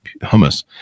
hummus